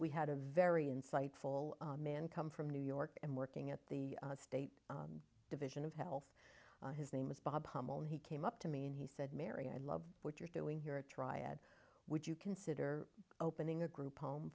we had a very insightful man come from new york and working at the state division of health his name was bob humble and he came up to me and he said mary i love what you're doing here a triad would you consider opening a group home